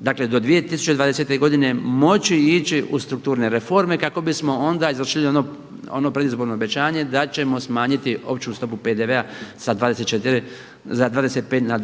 dakle do 2020. godine moći ići u strukturne reforme kako bismo onda izvršili ono predizborno obećanje da ćemo smanjiti opću stopu PDV-a sa 25 na